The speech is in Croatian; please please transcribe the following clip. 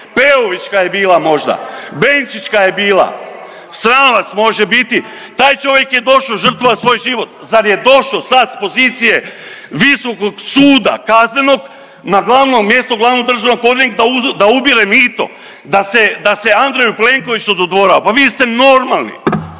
Peovićka je bila možda? Benčićka je bila? Sram vas može biti! Taj čovjek je došo žrtvovat svoj život, zar je došo sad s pozicije visokog suda kaznenog na glavno mjesto glavnog državnog odvjetnika da ubire mito, da se, da se Andreju Plenkoviću dodvorava? Pa niste normalni!